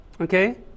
okay